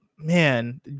man